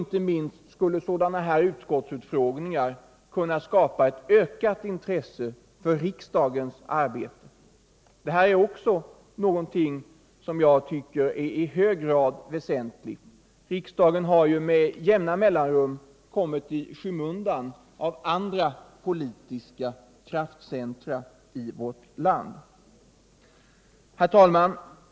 Inte minst skulle sådana här utskottsutfrågningar kunna skapa ett ökat intresse för riksdagens arbete. Detta är också någonting som, enligt min mening, är i hög grad väsentligt. Riksdagen har ju med jämna mellanrum kommit i skymundan i förhållande till andra politiska kraftcentra i vårt land. Herr talman!